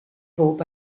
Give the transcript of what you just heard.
hope